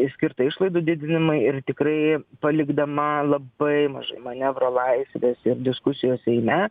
skirta išlaidų didinimui ir tikrai palikdama labai mažai manevro laisvės ir diskusijos seime